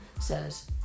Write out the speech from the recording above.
says